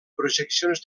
projeccions